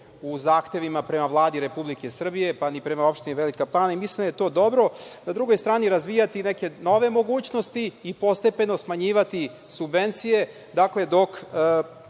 u zahtevima prema Vladi Republike Srbije, pa ni prema opštini Velika Plana i mislim da je to dobro. Na drugoj strani razvijati neke nove mogućnosti i postepeno smanjivati subvencije, dok